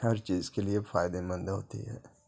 ہر چیز کے لیے فائدے مند ہوتی ہے